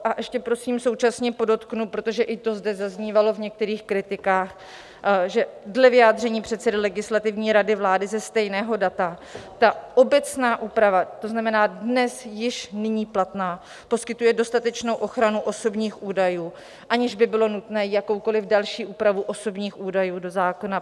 A ještě prosím současně podotknu, protože i to zde zaznívalo v některých kritikách, že dle vyjádření předsedy Legislativní rady vlády ze stejného data ta obecná úprava, to znamená dnes, již nyní, platná, poskytuje dostatečnou ochranu osobních údajů, aniž by bylo nutné jakoukoliv další úpravu osobních údajů do zákona pandemického zapracovávat.